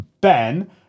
Ben